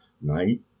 night